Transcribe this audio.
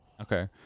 Okay